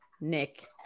Nick